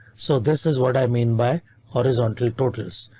so this is what i mean by horizontal totals.